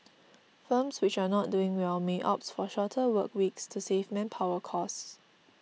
firms which are not doing well may opt for shorter work weeks to save manpower costs